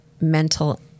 mental